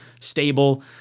stable